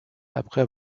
après